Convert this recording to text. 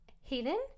Hayden